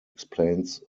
explains